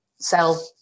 sell